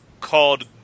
called